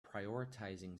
prioritizing